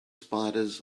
spiders